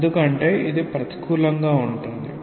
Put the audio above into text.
ఎందుకంటే ఇది ప్రతికూలంగా ఉంటుంది